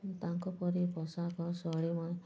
ତାଙ୍କ ପରି ପୋଷାକ ଶୈଳୀ